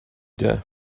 depp